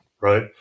right